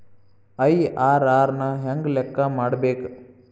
IRR ನ ಹೆಂಗ ಲೆಕ್ಕ ಮಾಡಬೇಕ?